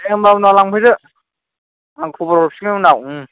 दे होनबा उनाव लांफैदो आं खबर हरफिनगोन उनाव